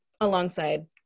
alongside